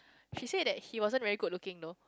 she said that he wasn't very good looking though